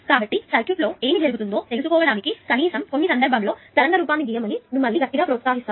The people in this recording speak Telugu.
కాబట్టి సర్క్యూట్లో ఏమి జరుగుతుందో తెలుసుకోవడానికి కనీసం కొన్ని సందర్భాల్లో తరంగ రూపాన్ని గీయమని మిమ్మల్ని గట్టిగా ప్రోత్సహిస్తాను